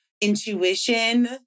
intuition